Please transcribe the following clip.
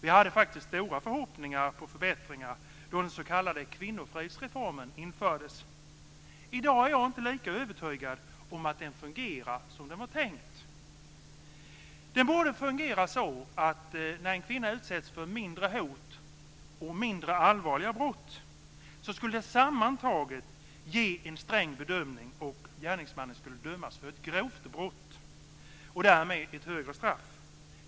Vi hade faktiskt stora förhoppningar på förbättringar då den s.k. kvinnofridsreformen infördes. I dag är jag inte lika övertygad om att den fungerar som det var tänkt. Den borde fungera så att när en kvinna utsätts för mindre hot och mindre allvarliga brott skulle det sammantaget ge en sträng bedömning, och gärningsmannen skulle dömas för ett grovt brott och därmed ett högre straff.